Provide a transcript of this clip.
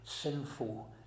sinful